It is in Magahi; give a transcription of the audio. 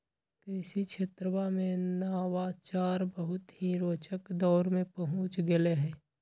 कृषि क्षेत्रवा में नवाचार बहुत ही रोचक दौर में पहुंच गैले है